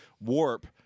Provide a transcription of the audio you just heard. Warp